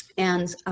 and,